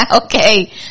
Okay